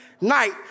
night